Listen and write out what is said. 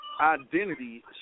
identity